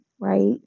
right